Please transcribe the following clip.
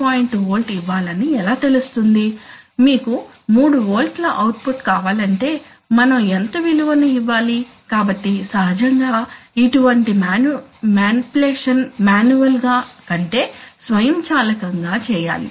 1 volt ఇవ్వాలని ఎలా తెలుస్తుంది మీకు 3 వోల్ట్ల అవుట్పుట్ కావాలంటే మనం ఎంత విలువను ఇవ్వాలి కాబట్టి సహజంగా ఇటువంటి మానిప్యులేషన్ మాన్యువల్ గా కంటే స్వయంచాలకంగా చేయాలి